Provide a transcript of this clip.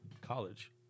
College